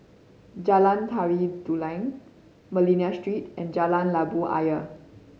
Jalan Tari Dulang Manila Street and Jalan Labu Ayer